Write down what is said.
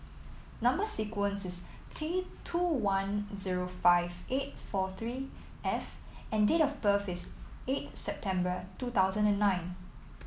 number sequence is T two one zero five eight four three F and date of birth is eight September two thousand and nine